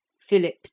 Philip